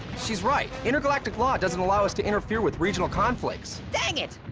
she's right. intergalactic law doesn't allow us to interfere with regional conflicts. dang it!